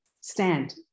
stand